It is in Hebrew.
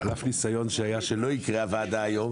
על אף ניסיון שהיה שלא תקרה הוועדה היום,